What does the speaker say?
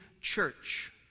church